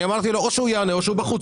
אני אמרתי לו, הוא שהוא יענה או שהוא בחוץ.